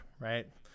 right